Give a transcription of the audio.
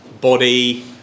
body